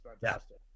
fantastic